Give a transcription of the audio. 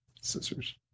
scissors